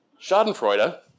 Schadenfreude